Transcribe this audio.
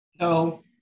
No